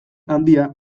handia